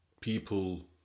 people